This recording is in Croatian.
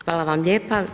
Hvala vam lijepa.